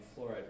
fluoride